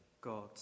God